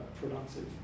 productive